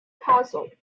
castle